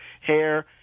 hair